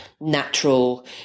natural